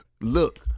look